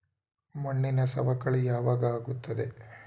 ಮಣ್ಣಿನ ಸವಕಳಿ ಯಾವಾಗ ಆಗುತ್ತದೆ?